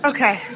Okay